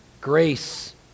Grace